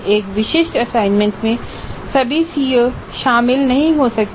एक विशिष्ट असाइनमेंट में सभी सीओ शामिल नहीं हो सकते हैं